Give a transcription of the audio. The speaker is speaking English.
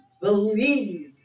Believe